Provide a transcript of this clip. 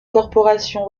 corporations